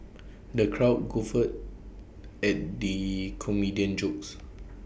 the crowd guffawed at the comedian's jokes